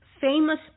famous